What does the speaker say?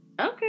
Okay